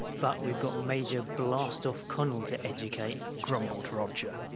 but we've got major blast-off connel to educate, grumbled roger.